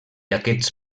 aquests